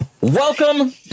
welcome